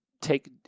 take